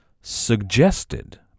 suggested